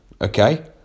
okay